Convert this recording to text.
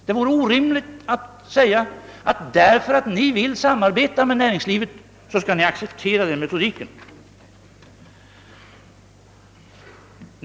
Det vore orimligt att säga, att därför att vi vill samarbeta med näringslivet, så skall vi acceptera den metodiken.